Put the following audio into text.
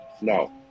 No